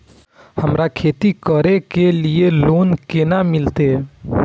हमरा खेती करे के लिए लोन केना मिलते?